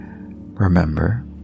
remember